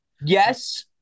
Yes